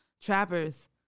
trappers